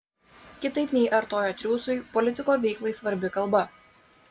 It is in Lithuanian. kitaip nei artojo triūsui politiko veiklai svarbi kalba